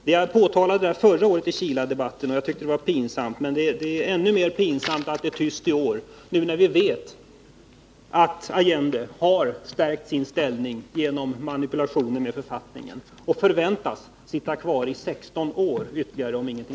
Jag påtalade förra året i Chiledebatten att jag tyckte att detta var pinsamt, men det är ännu mer pinsamt att det är tyst i år, nu när Pinochet har stärkt sin ställning genom manipulationer med Nr 148 författningen och förväntas sitta kvar i ytterligare sexton år, om ingenting